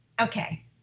okay